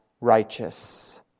righteous